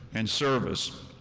and service.